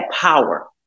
power